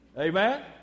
Amen